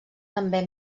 també